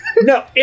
No